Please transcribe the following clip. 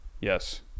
Yes